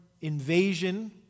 invasion